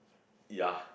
ya